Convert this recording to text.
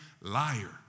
liar